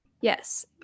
yes